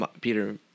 Peter